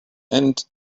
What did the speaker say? and